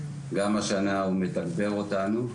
גם השנה הוא מתגבר אותנו,